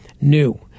new